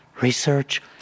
research